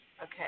Okay